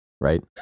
Right